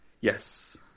yes